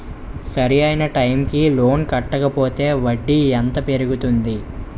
సరి అయినా టైం కి లోన్ కట్టకపోతే వడ్డీ ఎంత పెరుగుతుంది?